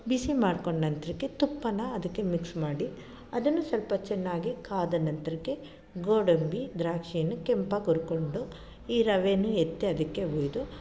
ಬಿಸಿ ಮಾಡ್ಕೊಂಡು ನಂತರಕ್ಕೆ ತುಪ್ಪನ ಅದಕ್ಕೆ ಮಿಕ್ಸ್ ಮಾಡಿ ಅದನ್ನು ಸ್ವಲ್ಪ ಚೆನ್ನಾಗಿ ಕಾದ ನಂತರಕ್ಕೆ ಗೋಡಂಬಿ ದ್ರಾಕ್ಷಿಯನ್ನು ಕೆಂಪಾಗಿ ಹುರ್ಕೊಂಡು ಈ ರವೇನು ಎತ್ತಿ ಅದಕ್ಕೆ ಉಯ್ದು